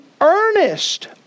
earnest